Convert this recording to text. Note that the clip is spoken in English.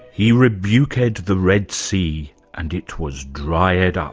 he rebuked the red sea and it was dried um